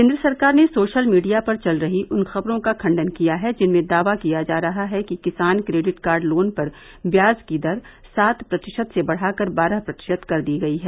केन्द्र सरकार ने सोशल मीडिया पर चल रही उन खबरों का खण्डन किया है जिनमें दावा किया जा रहा है कि किसान क्रेडिट कार्ड लोन पर ब्याज की दर सात प्रतिशत से बढ़ाकर बारह प्रतिशत कर दी गयी है